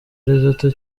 lesotho